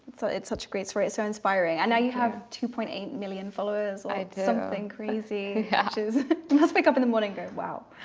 so it's such a great story. it's so inspiring. i know you have two point eight million followers like something crazy let's wake up in the morning. go. wow